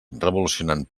revolucionant